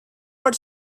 were